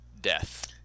death